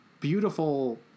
beautiful